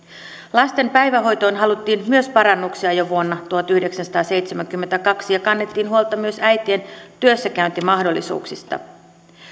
lasten päivähoitoon haluttiin parannuksia jo vuonna tuhatyhdeksänsataaseitsemänkymmentäkaksi ja kannettiin huolta myös äitien työssäkäyntimahdollisuuksista myös